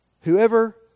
Whoever